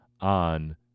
on